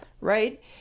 right